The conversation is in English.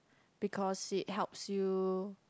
because it helps you